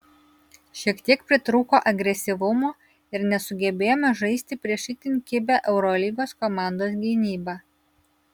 šiek tiek pritrūko agresyvumo ir nesugebėjome žaisti prieš itin kibią eurolygos komandos gynybą